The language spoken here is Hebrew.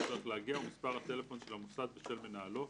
צריך להגיע ומספר הטלפון של המוסד ושל מנהלו,